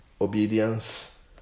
obedience